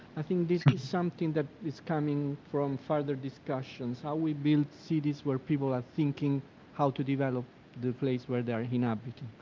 i think this is something that is coming from further discussions, how we build cities where people are thinking how to develop the place where they're inhabiting.